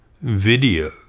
video